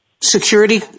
security